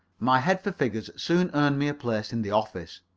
my head for figures soon earned me a place in the office.